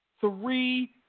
Three